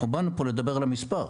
אנחנו באנו פה לדבר על המספר.